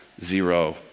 zero